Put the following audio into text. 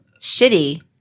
shitty